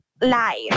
life